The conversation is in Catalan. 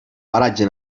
paratge